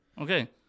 Okay